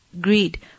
greed